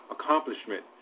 accomplishment